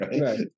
Right